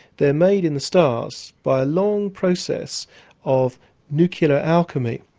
they're made in the stars by a long process of nuclear alchemy.